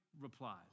replies